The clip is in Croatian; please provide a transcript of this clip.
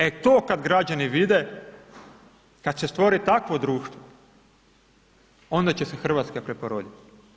E, to kad građani vide, kad se stvori takvo društvo, onda će se Hrvatska preporoditi.